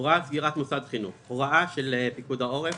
""הוראה על סגירת מוסד חינוך" הוראה של פיקוד העורף